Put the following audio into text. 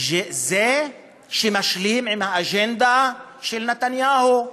הוא זה שמשלים עם האג'נדה של נתניהו.